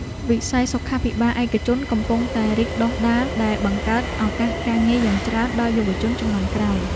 វិស័យសុខាភិបាលឯកជនកំពុងតែរីកដុះដាលដែលបង្កើតឱកាសការងារយ៉ាងច្រើនដល់យុវជនជំនាន់ក្រោយ។